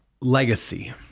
Legacy